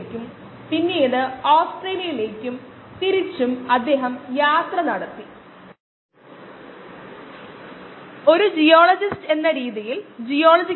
ആദ്യം ഈ പ്രോബ്ലം പരിഹരിച്ചുകൊണ്ട് നമ്മൾ ഈ പ്രഭാഷണം ആരംഭിക്കും